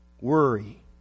worry